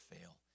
fail